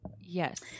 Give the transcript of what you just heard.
Yes